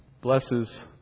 blesses